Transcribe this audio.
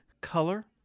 Color